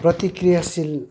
प्रतिक्रियाशील